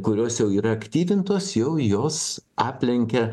kurios jau yra aktyvintos jau jos aplenkia